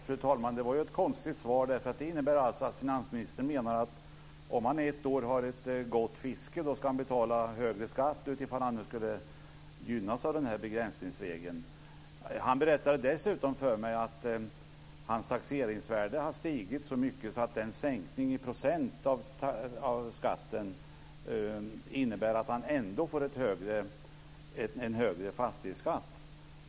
Fru talman! Det var ju ett konstigt svar. Det innebär alltså att finansministern menar att om denna person ett år har ett gott fiske ska han betala högre skatt om han skulle gynnas av denna begränsningsregel. Han berättade dessutom för mig att hans taxeringsvärde har stigit så mycket att sänkningen i procent av skatten innebär att han ändå får en högre fastighetsskatt.